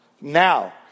Now